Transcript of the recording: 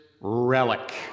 Relic